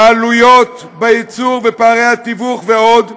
העלויות בייצור ופערי התיווך, ועוד,